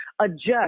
adjust